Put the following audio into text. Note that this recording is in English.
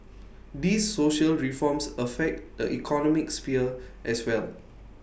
these social reforms affect the economic sphere as well